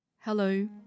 Hello